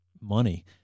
money